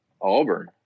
Auburn